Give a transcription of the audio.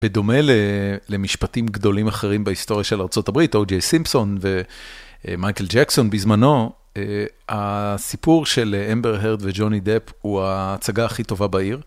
בדומה למשפטים גדולים אחרים בהיסטוריה של ארה״ב, אוג'י סימפסון ומייקל ג'קסון, בזמנו הסיפור של אמבר הרד וג'וני דאפ הוא ההצגה הכי טובה בעיר.